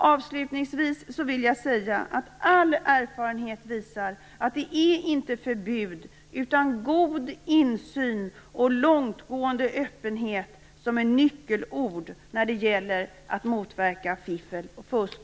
Avslutningsvis vill jag säga att all erfarenhet visar att det inte är förbud utan god insyn och långtgående öppenhet som är nyckelord när det gäller att motverka fiffel och fusk.